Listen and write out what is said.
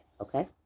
Okay